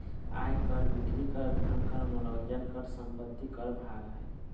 आय कर, बिक्री कर, धन कर, मनोरंजन कर, संपत्ति कर भाग हइ